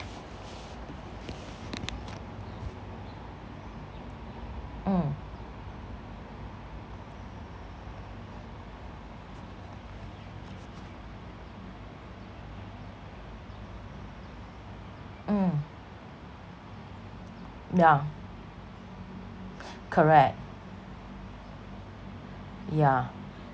mm mm yeah correct yeah